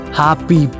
happy